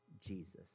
Jesus